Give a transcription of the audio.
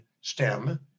stem